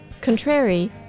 Contrary